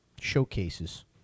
showcases